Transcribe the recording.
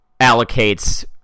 allocates